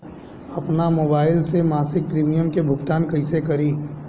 आपन मोबाइल से मसिक प्रिमियम के भुगतान कइसे करि?